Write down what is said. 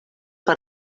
per